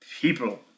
people